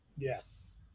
yes